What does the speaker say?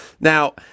Now